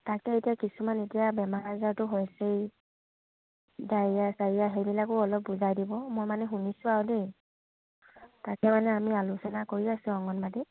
তাকে এতিয়া কিছুমান এতিয়া বেমাৰ আজাৰটো হৈছেই ডাইৰিয়া চাৰৰিয়া সেইবিলাকো অলপ বুজাই দিব মই মানে শুনিছোঁ আৰু দেই তাকে মানে আমি আলোচনা কৰি আছো অংগনবাদীত